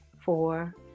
four